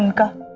and come